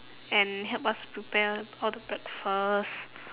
and help us prepare all the breakfast